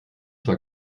zwar